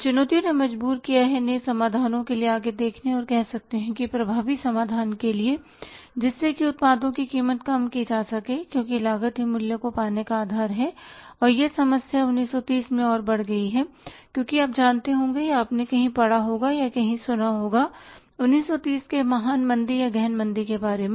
चुनौतियों ने मजबूर किया नए समाधानों के लिए आगे देखने और कह सकते हैं प्रभावी समाधान के लिए जिस से कि उत्पादों की कीमत कम की जा सके क्योंकि लागत ही मूल्य को पाने का आधार है और यह समस्या 1930 में और बढ़ गई क्योंकि आप जानते होंगे या आपने कहीं पढ़ा होगा या कहीं सुना होगा 1930 के महान मंदी या गहन मंदी के बारे में